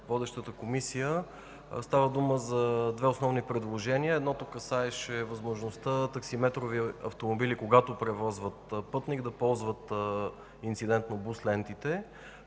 водещата комисия, става дума за две основни предложения. Едното касаеше възможността таксиметрови автомобили, когато превозват пътник, да ползват инцидентно бус лентите.